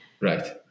Right